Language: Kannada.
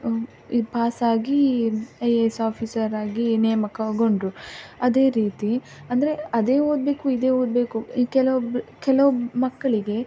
ಈ ಪಾಸಾಗಿ ಐ ಎ ಎಸ್ ಆಫೀಸರಾಗಿ ನೇಮಕಗೊಂಡರು ಅದೇ ರೀತಿ ಅಂದರೆ ಅದೇ ಓದಬೇಕು ಇದೇ ಓದಬೇಕು ಈ ಕೆಲವೊಬ್ಬರು ಕೆಲವು ಮಕ್ಕಳಿಗೆ